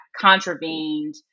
contravened